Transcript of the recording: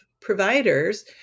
providers